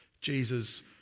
Jesus